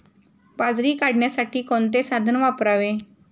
बाजरी काढण्यासाठी कोणते साधन वापरावे?